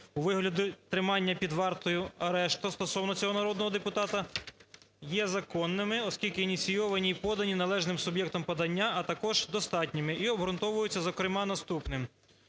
у вигляді тримання під вартою (арешту) стосовно цього народного депутата є законними, оскільки ініційовані і подані належним суб'єктом подання, а також достатніми і обґрунтовується зокрема наступним.